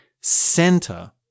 center